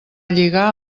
lligar